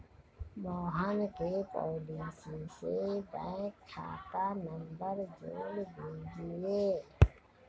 मोहन के पॉलिसी से बैंक खाता नंबर जोड़ दीजिए